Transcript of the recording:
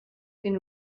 been